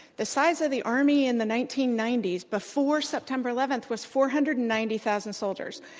the size of the army in the nineteen ninety s, before september eleventh, was four hundred and ninety thousand soldiers.